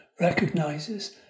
recognizes